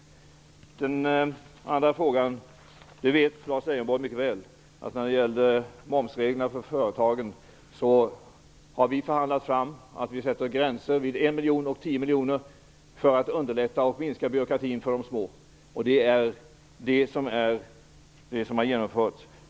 Vad gäller momsreglerna för företagen vet Lars Leijonborg mycket väl att vi har förhandlat fram gränser vid 1 miljon och 10 miljoner för att underlätta och minska byråkratin för de små företagen. Det är det som har genomförts.